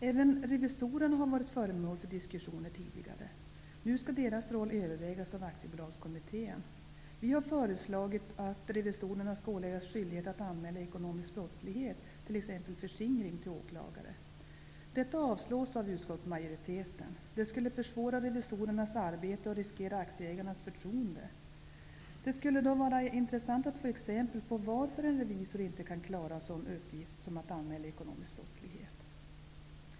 Även revisorerna har varit föremål för diskussioner tidigare. Nu skall deras roll övervägas av Aktiebolagskommittén. Vi har föreslagit att revisorerna skall åläggas skyldighet att anmäla ekonomisk brottslighet, t.ex. förskingring, till åklagare. Detta avstyrker utskottsmajoriteten -- man anser att det skulle försvåra revisorernas arbete och riskera aktieägarnas förtroende. Det skulle vara intressant att få veta varför en revisor inte skulle klara en sådan uppgift som att anmäla ekonomisk brottslighet.